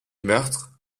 meurtre